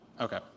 Okay